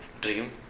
dream